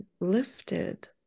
lifted